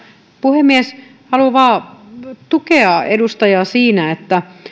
puhemies haluan vain tukea edustajaa siinä että